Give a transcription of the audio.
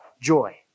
joy